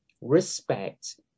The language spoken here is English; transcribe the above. respect